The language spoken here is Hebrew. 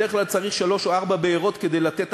בדרך כלל צריך שלוש או ארבע בארות כדי לתת